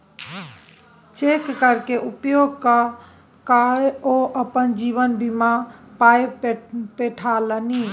cheque केर उपयोग क कए ओ अपन जीवन बीमाक पाय पठेलनि